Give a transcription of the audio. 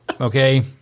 Okay